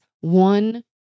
one